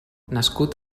nascut